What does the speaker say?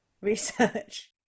research